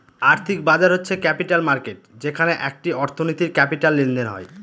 আর্থিক বাজার হচ্ছে ক্যাপিটাল মার্কেট যেখানে একটি অর্থনীতির ক্যাপিটাল লেনদেন হয়